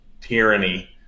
tyranny